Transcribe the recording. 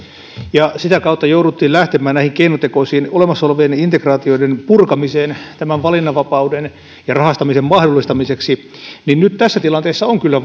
ja sitä kautta jouduttiin lähtemään näihin keinotekoisiin olemassa olevien integraatioiden purkamisiin tämän valinnanvapauden ja rahastamisen mahdollistamiseksi nyt tässä tilanteessa on kyllä